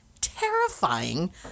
terrifying